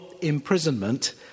imprisonment